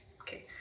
Okay